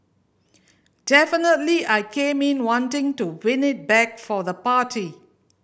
definitely I came in wanting to win it back for the party